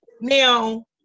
Now